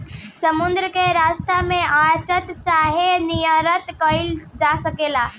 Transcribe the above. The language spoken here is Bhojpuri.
समुद्र के रस्ता से आयात चाहे निर्यात कईल जा सकेला